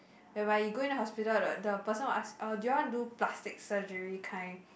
whereby you go in the hospital the the person will ask or do you want to do plastic surgery kind